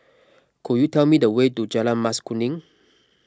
could you tell me the way to Jalan Mas Kuning